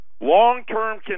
long-term